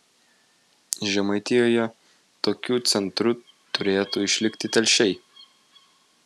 žemaitijoje tokiu centru turėtų išlikti telšiai